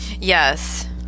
Yes